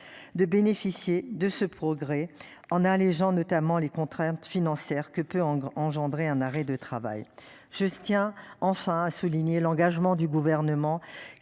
de bénéficier de ce progrès en a les gens, notamment les contraintes financières que peut engendrer un arrêt de travail. Je tiens enfin à souligner l'engagement du gouvernement